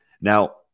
Now